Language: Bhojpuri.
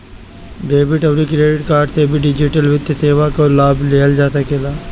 डेबिट अउरी क्रेडिट कार्ड से भी डिजिटल वित्तीय सेवा कअ लाभ लिहल जा सकेला